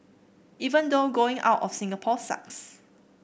even though going out of Singapore sucks